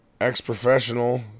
Ex-professional